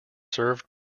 served